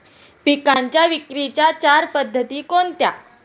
पिकांच्या विक्रीच्या चार पद्धती कोणत्या?